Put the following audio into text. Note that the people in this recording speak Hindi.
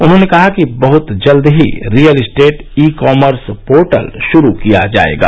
उन्होंने कहा कि बहत जल्द ही real estate e commerce portal शुरू किया जायेगा